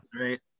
right